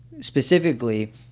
specifically